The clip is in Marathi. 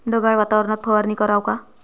ढगाळ वातावरनात फवारनी कराव का?